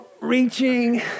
reaching